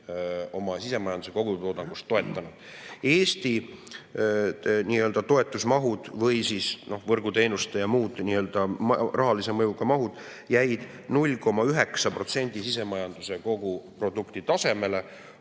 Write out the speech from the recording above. oma sisemajanduse kogutoodangust. Eesti nii-öelda toetusmahud või siis võrguteenuste ja muud nii-öelda rahalise mõjuga [meetmed] jäid tasemele 0,9% sisemajanduse koguproduktist,